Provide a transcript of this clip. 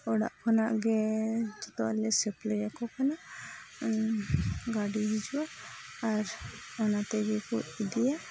ᱚᱲᱟᱜ ᱠᱷᱚᱱᱟᱜᱼᱜᱮ ᱡᱚᱛᱚᱣᱟᱞᱮ ᱥᱟᱯᱞᱟᱭ ᱟᱠᱚ ᱠᱟᱱᱟ ᱜᱟᱹᱰᱤ ᱦᱤᱡᱩᱜᱼᱟ ᱟᱨ ᱚᱱᱟ ᱛᱮᱜᱮ ᱠᱚ ᱤᱫᱤᱭᱟ